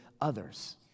others